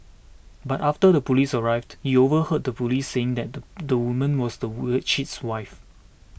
but after the police arrived he overheard the police saying that the the woman was the worse cheat's wife